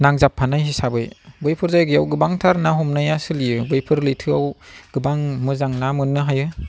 नांजाबफानाय हिसाबै बैफोर जायगायाव गोबांथार ना हमनाया सोलियो बैफोर लैथोआव गोबां मोजां ना मोननो हायो